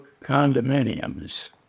Condominiums